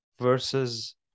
versus